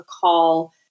call